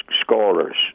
scorers